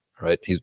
right